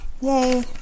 Yay